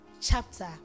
chapter